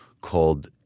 called